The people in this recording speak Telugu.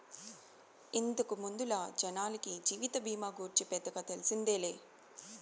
ఇంతకు ముందల జనాలకి జీవిత బీమా గూర్చి పెద్దగా తెల్సిందేలే